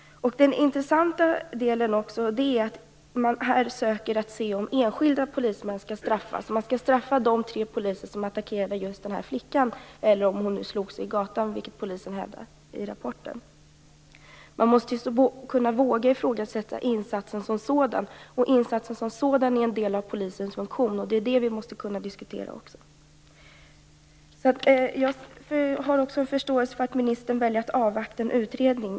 En intressant del är att man här söker se om enskilda polismän skall straffas, om man skall straffa de tre poliser som attackerade just den här flickan - eller om hon nu slog sig i gatan, vilket polisen hävdar i rapporten. Man måste kunna och våga ifrågasätta insatsen som sådan. Insatsen som sådan är en del av polisens funktion, och den måste vi kunna diskutera. Jag har också förståelse för att ministern väljer att avvakta en utredning.